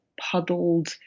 puddled